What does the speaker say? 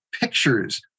pictures